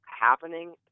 happening